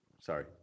sorry